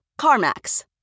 CarMax